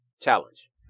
challenge